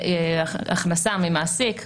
הכנסה שמגיעה ממעסיק,